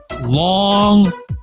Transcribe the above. long